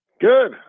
Good